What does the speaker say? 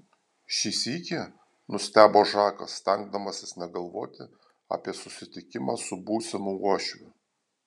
šį sykį nustebo žakas stengdamasis negalvoti apie susitikimą su būsimu uošviu